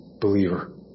believer